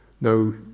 no